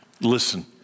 Listen